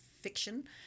fiction